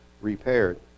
repaired